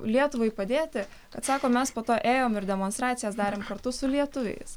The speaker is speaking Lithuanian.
lietuvai padėti kad sako mes po to ėjom ir demonstracijas darėm kartu su lietuviais